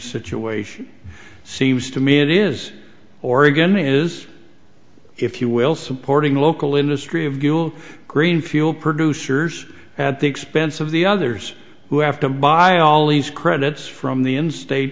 situation seems to me it is oregon is if you will supporting local industry of dual green fuel producers at the expense of the others who have to buy all these credits from the in state